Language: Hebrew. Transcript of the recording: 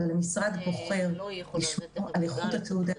אבל המשרד בוחר לשמור על איכות התעודה,